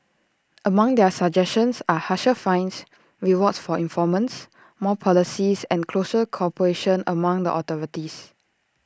among their suggestions are harsher fines rewards for informants more policing and closer cooperation among the authorities